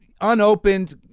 unopened